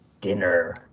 dinner